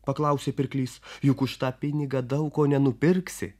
paklausė pirklys juk už tą pinigą daug ko nenupirksi